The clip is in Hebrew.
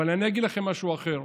אבל אני אגיד לכם משהו אחר.